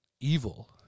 evil